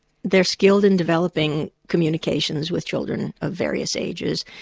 they're skilled in developing communications with children of various ages,